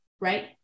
right